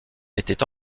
était